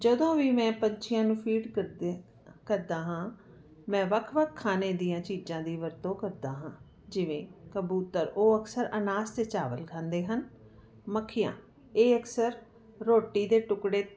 ਜਦੋਂ ਵੀ ਮੈਂ ਪੰਛੀਆਂ ਨੂੰ ਫੀਡ ਕਰਦੇ ਕਰਦਾ ਹਾਂ ਮੈਂ ਵੱਖ ਵੱਖ ਖਾਨੇ ਦੀਆਂ ਚੀਜ਼ਾਂ ਦੀ ਵਰਤੋਂ ਕਰਦਾ ਹਾਂ ਜਿਵੇਂ ਕਬੂਤਰ ਉਹ ਅਕਸਰ ਅਨਾਜ ਤੇ ਚਾਵਲ ਖਾਂਦੇ ਹਨ ਮੱਖੀਆਂ ਇਹ ਅਕਸਰ ਰੋਟੀ ਦੇ ਟੁਕੜੇ